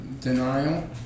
denial